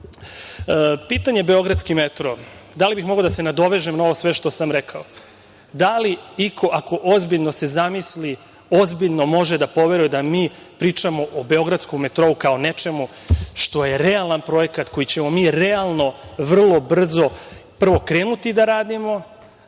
- beogradski metro. Da li bih mogao da se nadovežem na sve ovo što sam rekao? Da li iko, ako ozbiljno se zamisli, ozbiljno može da poveruje da mi pričamo o beogradskom metrou kao nečemu što je realan projekat, koji ćemo mi realno prvo vrlo brzo prvo krenuti da radimo